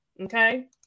Okay